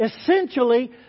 essentially